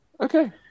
Okay